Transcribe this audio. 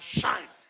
shine